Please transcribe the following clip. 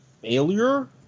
failure